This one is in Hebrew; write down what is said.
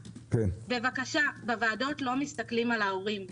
בבקשה, בוועדות לא מסתכלים על ההורים.